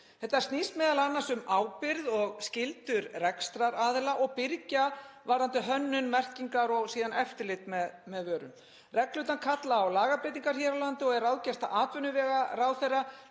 Þetta snýst m.a. um ábyrgð og skyldur rekstraraðila og birgja varðandi hönnun, merkingar og síðan eftirlit með vörum. Reglurnar kalla á lagabreytingar hér á landi og er ráðgert að atvinnuvegaráðherra